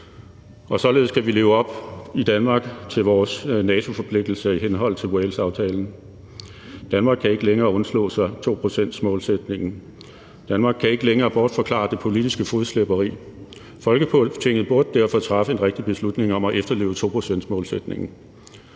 således kan vi i Danmark leve op til vores NATO-forpligtelse i henhold til Walesaftalen. Danmark kan ikke længere undslå sig 2-procentsmålsætningen. Danmark kan ikke længere bortforklare det politiske fodslæberi. Folketinget burde derfor træffe den rigtige beslutning om at efterleve 2-procentsmålsætningen.